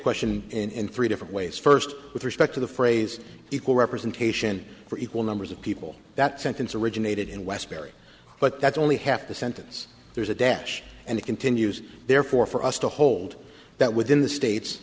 question in three different ways first with respect to the phrase equal representation for equal numbers of people that sentence originated in westbury but that's only half the sentence there's a death and it continues therefore for us to hold that within the state